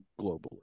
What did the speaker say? globally